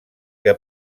que